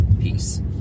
Peace